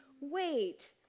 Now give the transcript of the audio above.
wait